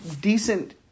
decent